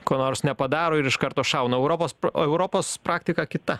ko nors nepadaro ir iš karto šauna europos o europos praktika kita